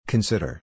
Consider